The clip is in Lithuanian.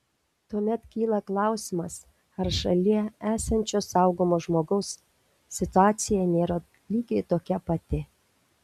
tuomet kyla klausimas ar šalie esančio slaugomo žmogaus situacija nėra lygiai tokia pati